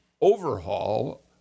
overhaul